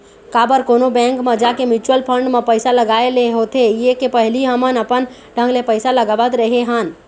काबर कोनो बेंक म जाके म्युचुअल फंड म पइसा लगाय ले होथे ये के पहिली हमन अपन ढंग ले पइसा लगावत रेहे हन